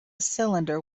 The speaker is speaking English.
cylinder